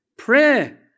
prayer